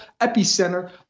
epicenter